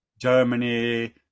Germany